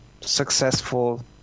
successful